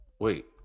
Wait